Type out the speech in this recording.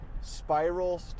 spiral